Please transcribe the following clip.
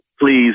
Please